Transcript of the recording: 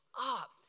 up